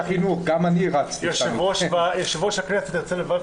יושב-ראש הכנסת מבקש לברך